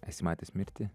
esi matęs mirtį